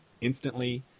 instantly